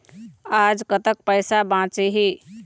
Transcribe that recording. आज कतक पैसा बांचे हे?